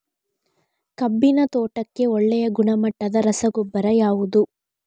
ಕಬ್ಬಿನ ತೋಟಕ್ಕೆ ಒಳ್ಳೆಯ ಗುಣಮಟ್ಟದ ರಸಗೊಬ್ಬರ ಯಾವುದು?